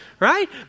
right